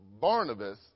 Barnabas